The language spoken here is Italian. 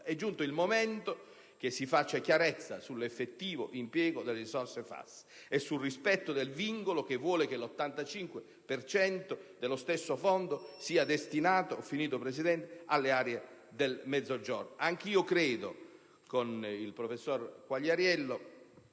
È giunto il momento che si faccia chiarezza sull'effettivo impiego delle risorse FAS e sul rispetto del vincolo che vuole che l'85 per cento dello stesso fondo sia destinato alle aree del Mezzogiorno.